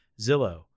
Zillow